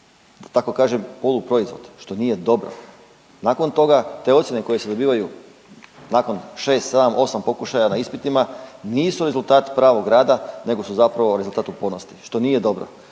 tako kažemo, poluproizvod, što nije dobro. Nakon toga te ocjene koje se dobivaju nakon 6, 7, 8 pokušaja na ispitima nisu rezultat pravog rada nego su zapravo rezultat upornosti, što nije dobro.